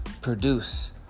produce